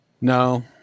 No